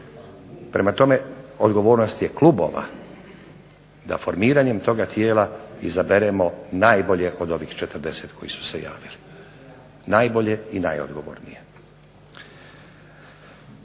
Prema tome odgovornost je klubova da formiranjem toga tijela izaberemo najbolje od ovih 40 koji su se javili. Najbolje i najodgovornije.